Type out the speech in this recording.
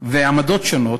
ועמדות שונות,